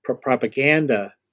propaganda